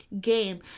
game